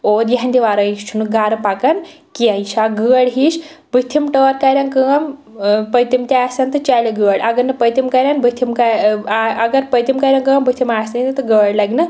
اور یِہنٛدِ وَرٲے چھُنہٕ گھرٕ پَکان کیٚنٛہہ یہِ چھِ اَکھ گٲڑۍ ہِشۍ بُتھِم ٹٲر کَریٚن کٲم ٲں پٔتِم تہِ آسیٚن تہٕ چَلہِ گٲڑۍ اگر نہٕ پٔتِم کَریٚن بُتھِم اگر پٔتِم کَریٚن کٲم بُتھِم آسنٕے نہٕ تہٕ گٲڑۍ لگہِ نہٕ